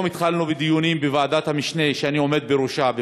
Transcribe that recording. היום התחלנו בדיונים בוועדת המשנה שאני עומד בראשה,